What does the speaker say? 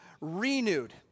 renewed